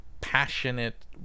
passionate